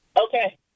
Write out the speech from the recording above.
Okay